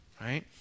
right